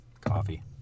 Coffee